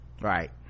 right